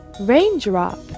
raindrop